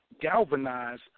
galvanize